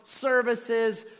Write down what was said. services